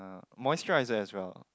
uh moisturizer as well